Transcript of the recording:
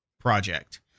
project